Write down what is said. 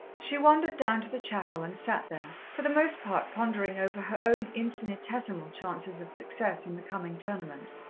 she wandered down to the chapel and sat there, for the most part pondering over her own infinitesimal chances of success in the coming tournament,